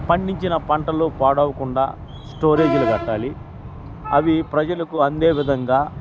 పండించిన పంటలు పాడవకుండా స్టోరేజీలు కట్టాలి అవి ప్రజలకు అందేవిధంగా